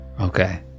Okay